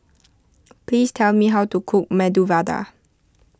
please tell me how to cook Medu Vada